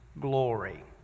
Glory